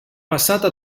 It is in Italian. passata